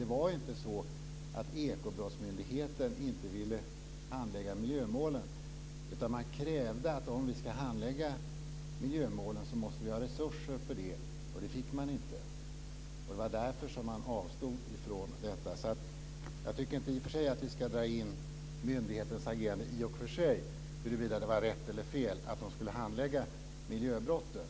Det var ju inte så att man på Ekobrottsmyndigheten inte ville hantera miljömålen, utan man krävde resurser om man skulle handlägga dem. Det fick man inte, och därför avstod man från detta. I och för sig tycker jag inte att vi ska dra in myndighetens agerande och huruvida det var rätt eller fel att den skulle handlägga miljöbrotten.